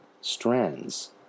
strands